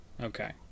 Okay